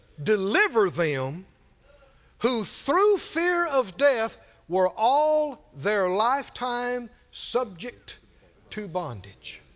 deliver them who through fear of death were all their lifetime subject to bondage.